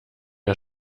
der